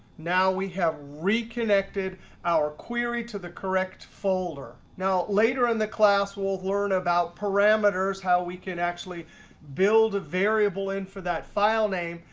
now we have reconnected our query to the correct folder. now, later in the class we'll learn about parameters, how we can actually build a variable in for that file name.